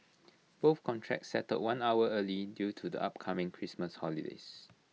both contracts settled one hour early due to the upcoming Christmas holidays